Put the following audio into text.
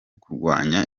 kurwanya